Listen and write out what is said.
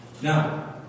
Now